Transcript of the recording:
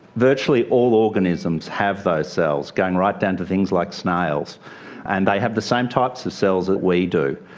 virtually all organisms have those cells, going right down to things like snails and they have the same types of cells that we do.